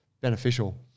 beneficial